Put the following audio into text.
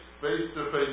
face-to-face